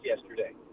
yesterday